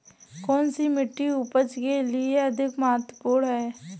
कौन सी मिट्टी उपज के लिए अधिक महत्वपूर्ण है?